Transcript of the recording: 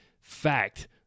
fact